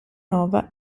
nova